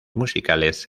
musicales